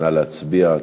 נא להצביע.